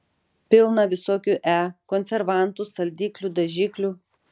pilna visokių e konservantų saldiklių dažiklių